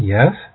Yes